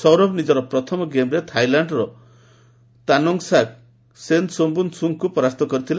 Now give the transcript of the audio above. ସୌରଭ ନିକର ପ୍ରଥମ ଗେମ୍ରେ ଥାଇଲାଣ୍ଡର ତାନୋଙ୍ଗ୍ସାକ୍ ସେନ୍ସୋମ୍ଭୁନ୍ସୁକ୍ଙ୍କୁ ପରାସ୍ତ କରିଥିଲେ